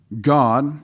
God